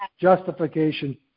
justification